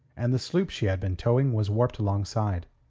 and the sloop she had been towing was warped alongside.